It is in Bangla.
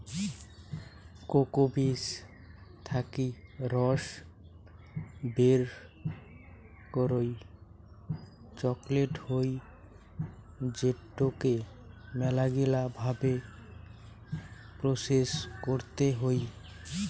কোকো বীজ থাকি রস বের করই চকলেট হই যেটোকে মেলাগিলা ভাবে প্রসেস করতে হই